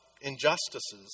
Injustices